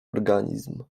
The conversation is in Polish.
organizm